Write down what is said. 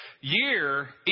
year